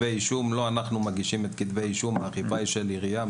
הטיפול באכיפה ובהגשת כתבי אישום הוא לא של המשטרה אלא של העירייה ומשרד